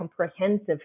comprehensive